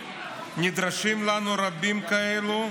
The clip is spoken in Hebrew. נדרשים לנו רבים כאלה,